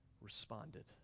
responded